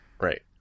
Right